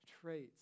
traits